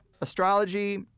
astrology